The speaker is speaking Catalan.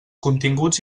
continguts